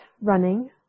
running